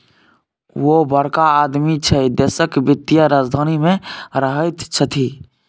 ओ बड़का आदमी छै देशक वित्तीय राजधानी मे रहैत छथि